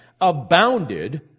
abounded